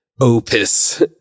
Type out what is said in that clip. opus